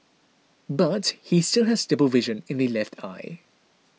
but he still has double vision in the left eye